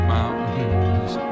Mountains